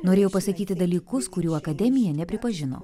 norėjau pasakyti dalykus kurių akademija nepripažino